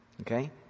Okay